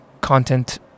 content